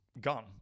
gone